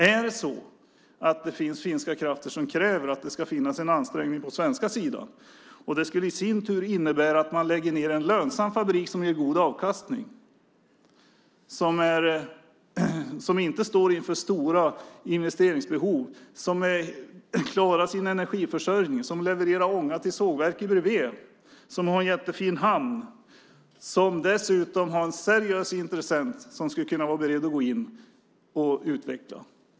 Är det så att det finns finska krafter som kräver att det ska finnas en ansträngning på den svenska sidan, som i sin tur skulle innebära att man lägger ned en lönsam fabrik som ger god avkastning, som inte står inför stora investeringsbehov, som klarar sin energiförsörjning, som levererar ånga till sågverket bredvid, som har en jättefin hamn, som dessutom har en seriös intressent som skulle kunna vara beredd att gå in och utveckla?